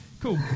Cool